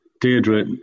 Deirdre